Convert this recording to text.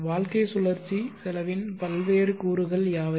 வாழ்க்கை சுழற்சி செலவின் பல்வேறு கூறுகள் யாவை